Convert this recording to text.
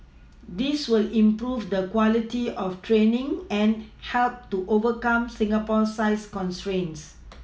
this will improve the quality of training and help to overcome Singapore's size constraints